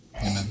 Amen